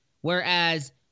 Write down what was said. Whereas